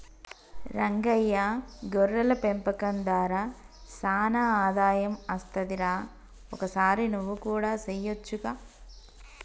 రంగయ్య గొర్రెల పెంపకం దార సానా ఆదాయం అస్తది రా ఒకసారి నువ్వు కూడా సెయొచ్చుగా